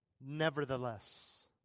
Nevertheless